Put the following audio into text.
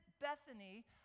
Bethany